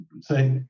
say